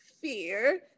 fear